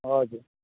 हजुर